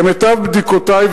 למיטב בדיקותי,